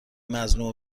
مظلوم